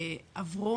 עברו